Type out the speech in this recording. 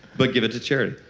but give it to charity.